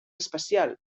especial